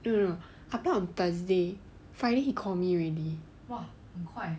no no no I applied on thursday friday he call me already